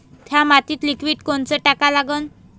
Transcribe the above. थ्या मातीत लिक्विड कोनचं टाका लागन?